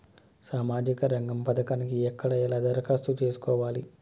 సామాజిక రంగం పథకానికి ఎక్కడ ఎలా దరఖాస్తు చేసుకోవాలి?